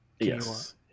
Yes